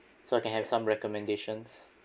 so I can have some recommendations